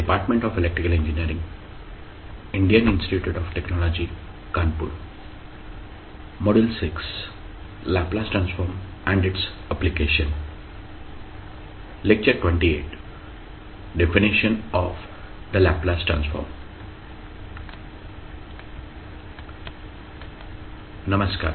नमस्कार